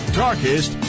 darkest